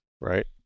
Right